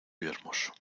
hermoso